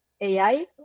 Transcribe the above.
AI